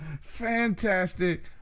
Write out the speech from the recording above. fantastic